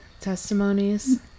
Testimonies